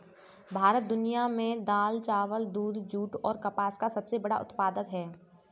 भारत दुनिया में दाल, चावल, दूध, जूट और कपास का सबसे बड़ा उत्पादक है